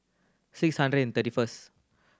six hundred and thirty first